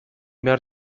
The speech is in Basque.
behar